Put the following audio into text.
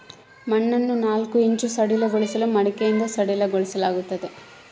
ಮಣ್ಣನ್ನು ನಾಲ್ಕು ಇಂಚು ಸಡಿಲಗೊಳಿಸಲು ಮಡಿಕೆಯಿಂದ ಸಡಿಲಗೊಳಿಸಲಾಗ್ತದೆ